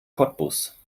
cottbus